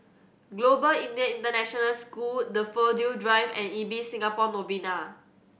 Global Indian International School Daffodil Drive and Ibis Singapore Novena